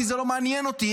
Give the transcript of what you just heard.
כי זה לא מעניין אותי,